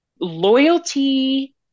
loyalty